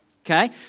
Okay